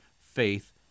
faith